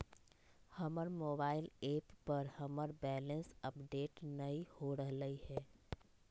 हमर mobile app पर हमर बैलेंस अपडेट नय हो रहलय हें